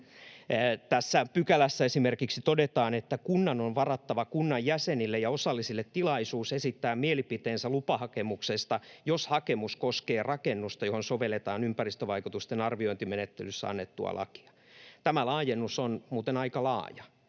Tässä pykälässä esimerkiksi todetaan, että kunnan on varattava kunnan jäsenille ja osallisille tilaisuus esittää mielipiteensä lupahakemuksesta, jos hakemus koskee rakennusta, johon sovelletaan ympäristövaikutusten arviointimenettelystä annettua lakia. Tämä laajennus on muuten aika laaja